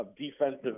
defensive